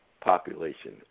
population